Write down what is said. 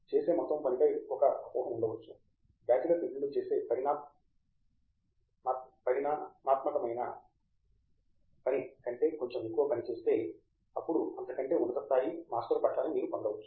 చేసే మొత్తము పని పై ఒక అపోహ ఉండవచ్చు బ్యాచిలర్ డిగ్రీలో చేసే పరిమాణాత్మకమైన పని కంటే కొంచెం ఎక్కువ పని చేస్తే అప్పుడు అంతకంటే ఉన్నత స్థాయి మాస్టర్ పట్టా ని మీరు పొందవచ్చు